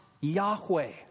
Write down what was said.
Yahweh